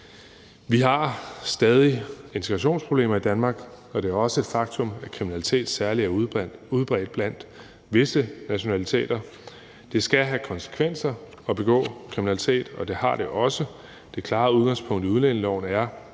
Vi har stadig integrationsproblemer i Danmark, og det er også et faktum, at kriminalitet særlig er udbredt blandt visse nationaliteter. Det skal have konsekvenser at begå kriminalitet, og det har det også. Det klare udgangspunkt i udlændingeloven er,